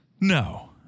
No